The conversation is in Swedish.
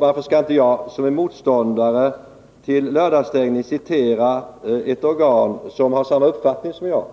Varför skall inte jag, som är motståndare till lördagsstängning, citera ett organ som har samma uppfattning som jag?